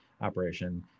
operation